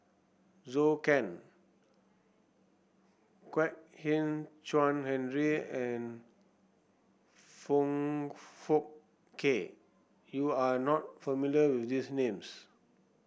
Zhou Can Kwek Hian Chuan Henry and Foong Fook Kay you are not familiar with these names